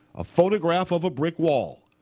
a photograph of a brick wall.